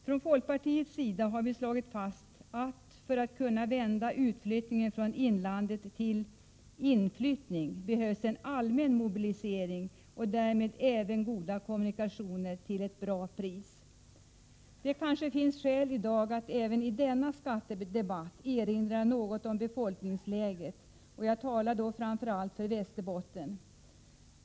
Från folkpartiets sida har vi slagit fast att det för att man skall kunna vända utflyttningen från inlandet till inflyttning behövs en allmän mobilisering och därmed även goda kommunikationer till ett bra pris. Det kan finnas flera skäl att även i denna skattedebatt erinra något om befolkningsläget, och jag talar då framför allt för Västerbotten.